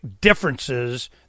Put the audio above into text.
differences